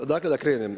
Odakle da krenem?